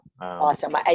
Awesome